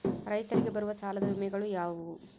ರೈತರಿಗೆ ಬರುವ ಸಾಲದ ವಿಮೆಗಳು ಯಾವುವು?